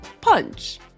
punch